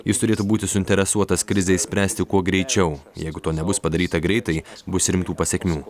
jis turėtų būti suinteresuotas krizę išspręsti kuo greičiau jeigu to nebus padaryta greitai bus rimtų pasekmių